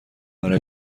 برای